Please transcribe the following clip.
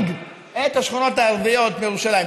כיצד ניתן להחריג את השכונות הערביות מירושלים.